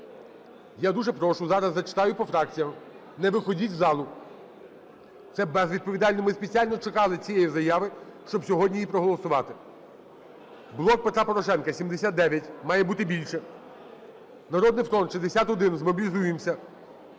Я дуже прошу, зараз зачитаю по фракціях. Не виходіть в залу, це безвідповідально. Ми спеціально чекали цієї заяви, щоб сьогодні її проголосувати. "Блок Петра Порошенка" – 79. Має бути більше. "Народний фронт" – 61. Змобілізуємся!